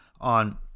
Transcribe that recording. on